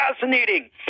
fascinating